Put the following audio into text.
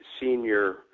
senior